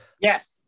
Yes